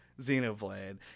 xenoblade